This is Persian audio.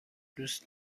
دوست